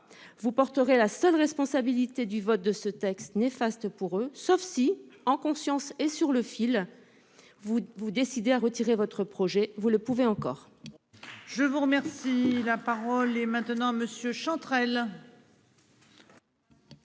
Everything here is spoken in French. Vous porterez la seule responsabilité du vote de ce texte néfaste pour eux sauf si en conscience et sur le fil. Vous vous décidez à retirer votre projet vous le pouvez encore.